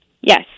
Yes